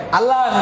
Allah